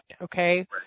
Okay